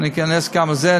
אני אכנס גם לזה.